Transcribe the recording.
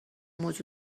موضوع